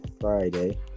friday